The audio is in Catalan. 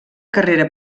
carrera